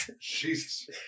jesus